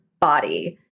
body